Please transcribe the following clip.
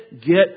get